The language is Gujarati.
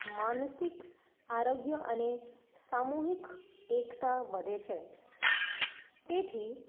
માનસિક આરોગ્ય અને સામૂહિક એકતા વધે છે તેથી